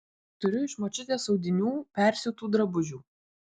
turiu iš močiutės audinių persiūtų drabužių